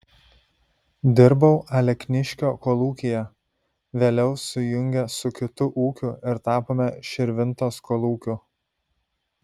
dirbau alekniškio kolūkyje vėliau sujungė su kitu ūkiu ir tapome širvintos kolūkiu